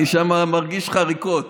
שם אני מרגיש חריקות.